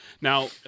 Now